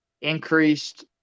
increased